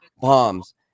bombs